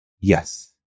Yes